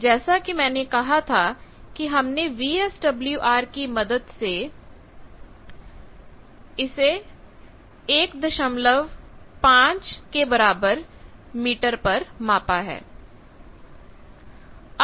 जैसा कि मैंने कहा था कि हमने वीएसडब्ल्यूआर मीटर की मदद से वीएसडब्ल्यूआर को 15 के बराबर मापा है